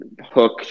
hook